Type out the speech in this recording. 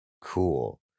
cool